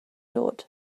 dod